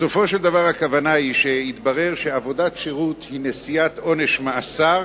בסופו של דבר הכוונה היא שיתברר שעבודת שירות היא נשיאת עונש מאסר